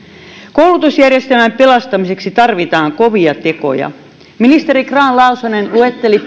koulutusjärjestelmän pelastamiseksi tarvitaan kovia tekoja ministeri grahn laasonen luetteli